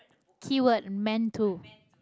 keyword meant to